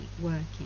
working